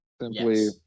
simply